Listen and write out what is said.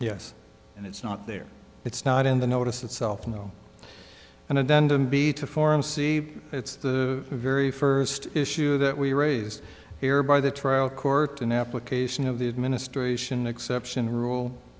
yes and it's not there it's not in the notice itself no and then don't be to form see it's the very first issue that we raise here by the trial court an application of the administration exception rule